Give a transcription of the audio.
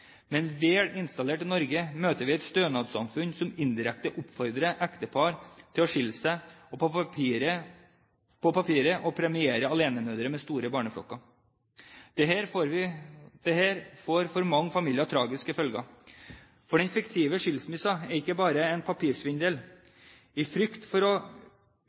Men vel installert i Norge møter de et stønadssamfunn som indirekte oppfordrer ektepar til å skille seg på papiret og premierer alenemødre med store barneflokker. Dette får for mange familier tragiske følger. For den fiktive skilsmissen er ikke bare en papirsvindel. I frykt for å